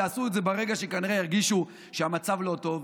יעשו את זה ברגע שכנראה ירגישו שהמצב לא טוב,